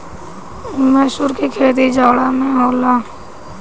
मसूर के खेती जाड़ा में होला